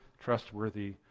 trustworthy